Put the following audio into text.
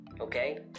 okay